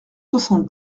soixante